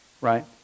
right